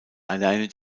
allein